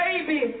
baby